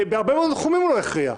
בהרבה מאוד תחומים הוא לא הכריע.